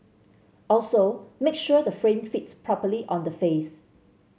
also make sure the frame fits properly on the face